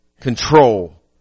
control